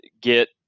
get